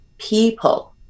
people